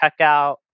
checkout